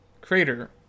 crater